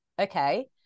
okay